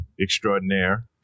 extraordinaire